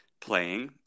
playing